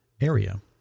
area